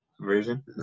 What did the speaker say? version